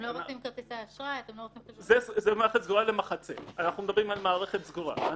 אנחנו לא מדברים פה על אדם יחיד שמחזיק בחשבון יחיד.